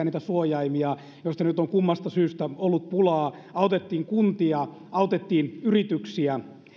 niitä suojaimia joista nyt on kummasta syystä ollut pulaa autettiin kuntia autettiin yrityksiä